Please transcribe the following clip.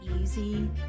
easy